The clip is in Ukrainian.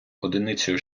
одиницею